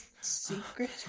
secret